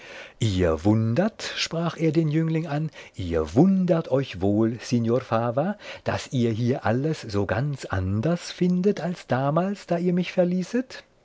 ihr wundert sprach er den jüngling an ihr wundert euch wohl signor fava daß ihr hier alles so ganz anders findet als damals da ihr mich verließet